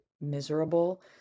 miserable